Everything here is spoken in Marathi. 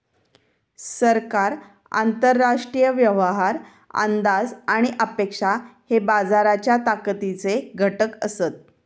सरकार, आंतरराष्ट्रीय व्यवहार, अंदाज आणि अपेक्षा हे बाजाराच्या ताकदीचे घटक असत